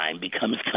becomes